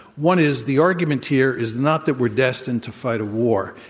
one is the argument here is not that we're destined to fight a war.